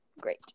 great